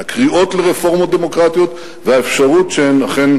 מהקריאות לרפורמות דמוקרטיות והאפשרות שהן אכן